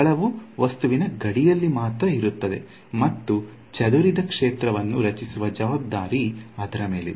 ಸ್ಥಳವು ವಸ್ತುವಿನ ಗಡಿಯಲ್ಲಿ ಮಾತ್ರ ಇರುತ್ತದೆ ಮತ್ತು ಚದುರಿದ ಕ್ಷೇತ್ರವನ್ನು ರಚಿಸುವ ಜವಾಬ್ದಾರಿ ಅವರ ಮೇಲಿದೆ